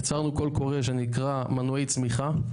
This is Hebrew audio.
יצרנו קול קורא שנקרא מנועי צמיחה,